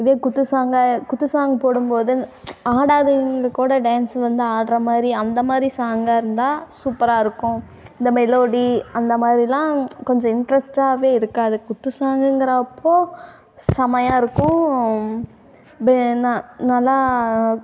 இதுவே குத்து சாங்கை குத்து சாங் போடும்போது ஆடாதவங்க கூட டான்ஸ்ஸு வந்து ஆடுற மாதிரி அந்த மாதிரி சாங்காயிருந்தா சூப்பராயிருக்கும் இந்த மெலோடி அந்த மாதிரிலாம் கொஞ்சம் இன்டெரஸ்ட்டாகவே இருக்காது குத்து சாங்குங்கிறப்போ செமையாயிருக்கும் நல்லா